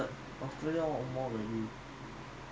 use your own money and go and study